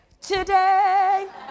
Today